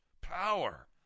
power